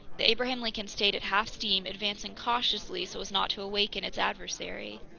the abraham lincoln stayed at half steam, advancing cautiously so as not to awaken its adversary.